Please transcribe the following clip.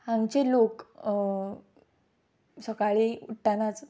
हांगाचे लोक सकाळी उट्टनाच